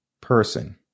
person